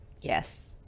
Yes